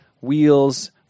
wheels